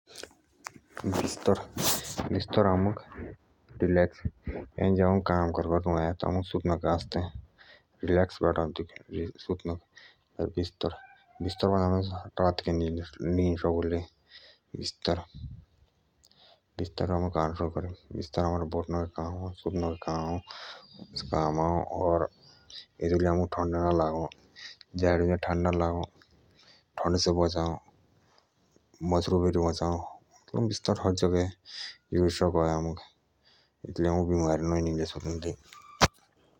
बिस्तर आमार आराम करनका साधन अ एतूच आम सुते सकु बोठे सकु बिस्तर आमुक रातिक जाड़े बचाअः मछरू बेरी बचाअः बिमारीया दि बचाव।